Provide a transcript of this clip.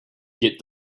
get